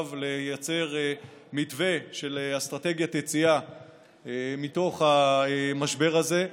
לייצר מתווה של אסטרטגיית יציאה מתוך המשבר הזה.